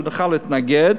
שנוכל להתנגד,